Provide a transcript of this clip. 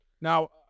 Now